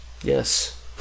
yes